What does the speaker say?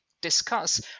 discuss